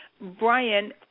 Brian